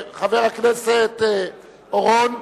חבר הכנסת אורון,